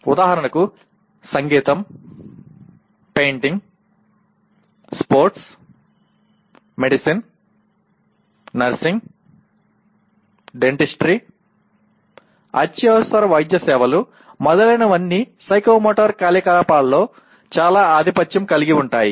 ఉదాహరణకు సంగీతం painting sports medicine nursing dentistry అత్యవసర వైద్య సేవలు మొదలైనవన్నీ సైకోమోటర్ కార్యకలాపాల్లో చాలా ఆధిపత్యం కలిగి ఉంటాయి